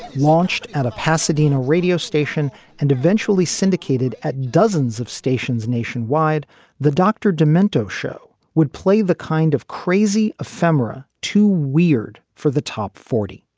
launched at a pasadena radio station and eventually syndicated at dozens of stations nationwide the dr. demento show would play the kind of crazy ephemera too weird for the top forty